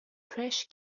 trash